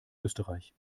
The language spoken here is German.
österreich